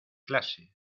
clase